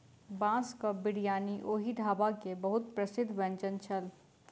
बांसक बिरयानी ओहि ढाबा के बहुत प्रसिद्ध व्यंजन छल